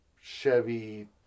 Chevy